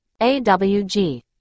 awg